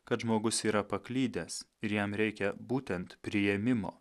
kad žmogus yra paklydęs ir jam reikia būtent priėmimo